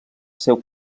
seu